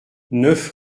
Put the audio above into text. neuf